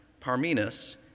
Parmenas